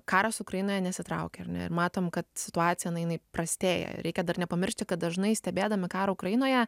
karas ukrainoje nesitraukia ar ne ir matom kad situacija na jinai prastėja reikia dar nepamiršti kad dažnai stebėdami karą ukrainoje